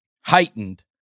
heightened